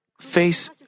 face